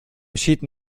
cheaten